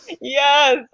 yes